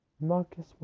Marcus